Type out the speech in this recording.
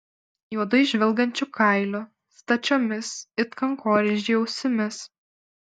juodai žvilgančiu kailiu stačiomis it kankorėžiai ausimis